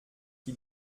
qui